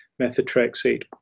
methotrexate